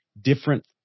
different